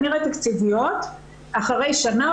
אחרי שנה,